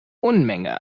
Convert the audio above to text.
unmenge